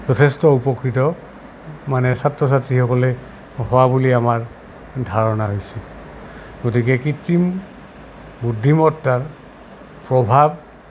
যথেষ্ট উপকৃত মানে ছাত্ৰ ছাত্ৰীসকলে হোৱা বুলি আমাৰ ধাৰণা হৈছে গতিকে কৃত্ৰিম বুদ্ধিমত্তাৰ প্ৰভাৱ